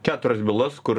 keturias bylas kur